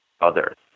others